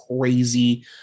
crazy